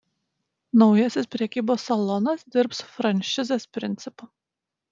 naujasis prekybos salonas dirbs franšizės principu